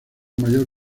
mayor